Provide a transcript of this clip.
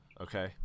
okay